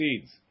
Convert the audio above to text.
seeds